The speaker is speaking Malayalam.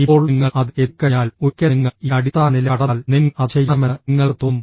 ഇപ്പോൾ നിങ്ങൾ അതിൽ എത്തിക്കഴിഞ്ഞാൽ ഒരിക്കൽ നിങ്ങൾ ഈ അടിസ്ഥാന നില കടന്നാൽ നിങ്ങൾ അത് ചെയ്യണമെന്ന് നിങ്ങൾക്ക് തോന്നും